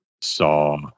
saw